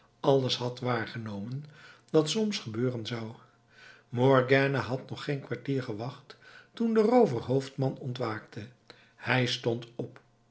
alles had waargenomen dat soms gebeuren zou morgiane had nog geen kwartier gewacht toen de rooverhoofdman ontwaakte hij stond op